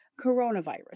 coronavirus